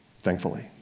thankfully